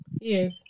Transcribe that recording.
Yes